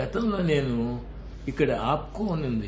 గతంలో నేను ఇక్కడ ఆప్కో అని ఉంది